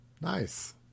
Nice